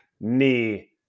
knee